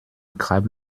grab